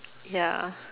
ya